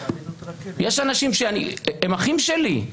יש אנשים שהם אחים שלי.